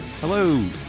Hello